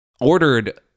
ordered